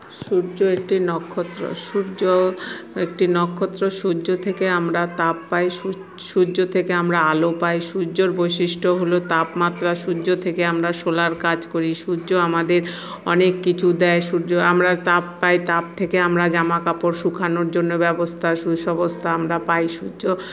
সূর্য একটি নক্ষত্র সূর্য একটি নক্ষত্র সূর্য থেকে আমরা তাপ পাই সূর্য থেকে আমরা আলো পাই সূর্যর বৈশিষ্ট্য হল তাপমাত্রা সূর্য থেকে আমরা সোলার কাজ করি সূর্য আমাদের অনেক কিছু দেয় সূর্য আমরা তাপ পাই তাপ থেকে আমরা জামাকাপড় শুকানোর জন্য ব্যবস্থা আমরা পাই সূর্য